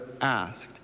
asked